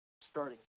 starting